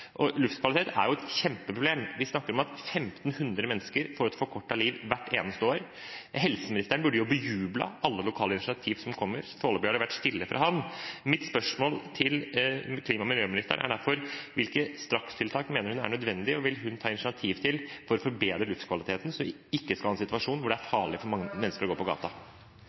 Luftkvalitet er jo et kjempeproblem. Vi snakker om at 1 500 mennesker får et forkortet liv hvert eneste år. Helseministeren burde jo bejublet alle lokale initiativ som kommer. Foreløpig har det vært stille fra ham. Mitt spørsmål til klima- og miljøministeren er derfor: Hvilke strakstiltak mener hun er nødvendig, og vil hun ta initiativ til å forbedre luftkvaliteten, så vi ikke skal ha en situasjon hvor det er farlig for mange mennesker å gå på